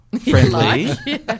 friendly